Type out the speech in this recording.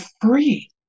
free